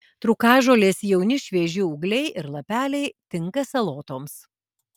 trūkažolės jauni švieži ūgliai ir lapeliai tinka salotoms